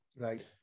Right